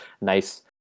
nice